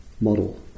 model